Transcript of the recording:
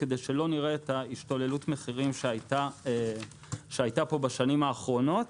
כדי שלא נראה את השתוללות המחירים שהייתה פה בשנים האחרונות,